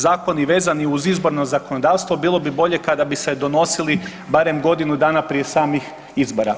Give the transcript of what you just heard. Zakoni vezani uz izborno zakonodavstvo bilo bi bolje kada bi se donosili barem godinu dana prije samih izbora.